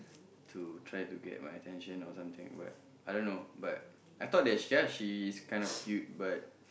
to try to get my attention or something but I don't know but I thought she's kind of cute but